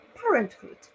parenthood